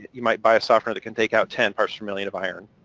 you might buy a softener that can take out ten parts per million of iron.